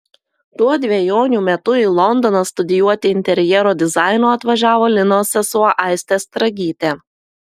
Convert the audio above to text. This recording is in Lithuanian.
tuo dvejonių metu į londoną studijuoti interjero dizaino atvažiavo linos sesuo aistė stragytė